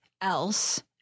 else